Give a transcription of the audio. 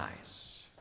eyes